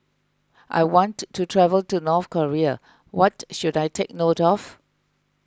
I want to travel to North Korea what should I take note of